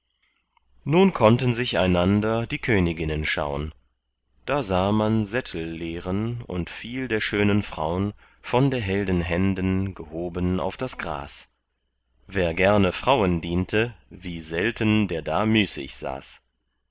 nun konnten sich einander die königinnen schaun da sah man sättel leeren und viel der schönen fraun von der helden händen gehoben auf das gras wer gerne frauen diente wie selten der da müßig saß